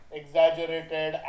exaggerated